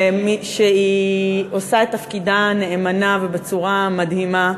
שעושה את תפקידה נאמנה ובצורה מדהימה,